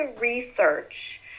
research